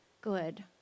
good